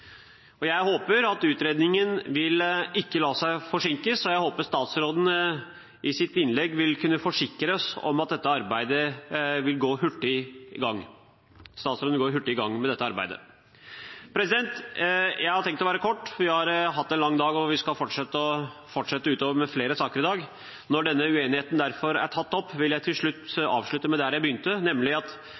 miljøet. Jeg håper at utredningen ikke blir forsinket, og at statsråden i sitt innlegg vil kunne forsikre oss om at han vil gå hurtig i gang med dette arbeidet. Jeg har tenkt å være kort; vi har hatt en lang dag, og vi skal fortsette utover med flere saker. Når denne uenigheten er tatt opp, vil jeg avslutte der jeg begynte: Venstre gleder seg over at Stortinget i dag gjør det enklere og billigere å frakte gods til sjøs. Det er